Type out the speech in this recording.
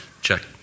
check